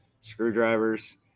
screwdrivers